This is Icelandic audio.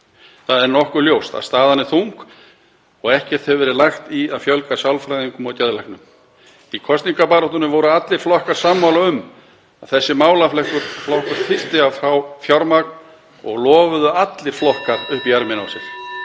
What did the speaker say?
Það er nokkuð ljóst að staðan er þung og ekkert hefur verið lagt í að fjölga sálfræðingum og geðlæknum. Í kosningabaráttunni voru allir flokkar sammála um að þessi málaflokkur þyrfti að fá fjármagn og lofuðu allir flokkar upp í ermina á sér.